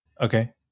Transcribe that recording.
Okay